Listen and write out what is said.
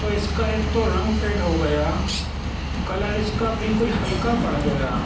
تو اس کا ایک تو رنگ فیڈ ہو گیا کلر اس کا بالکل ہلکا پڑ گیا